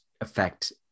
affect